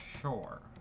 sure